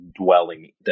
dwelling